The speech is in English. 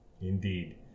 Indeed